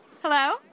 Hello